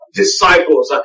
disciples